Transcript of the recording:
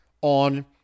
on